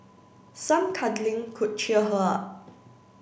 some cuddling could cheer her up